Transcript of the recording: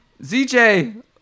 ZJ